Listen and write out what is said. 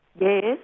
Yes